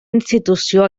institució